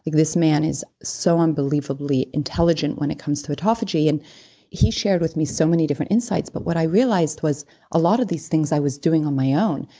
this man is so unbelievably intelligent when it comes to autophagy, and he shared with me so many different insights. but what i realized was a lot of these things i was doing on my own,